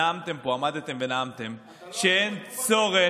נאמתם פה, עמדתם ונאמתם שאין צורך,